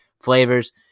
flavors